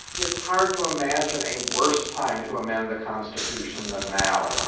it's hard to imagine a worst time to amend the constitution than now.